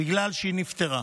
בגלל שהיא נפטרה,